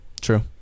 True